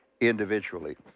individually